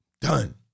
Done